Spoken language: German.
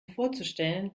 vorzustellen